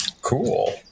Cool